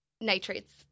nitrates